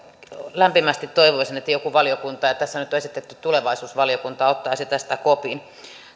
lämpimästi toivoisin että joku valiokunta tässä nyt on esitetty tulevaisuusvaliokuntaa ottaisi tästä kopin